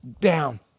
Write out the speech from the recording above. down